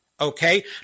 okay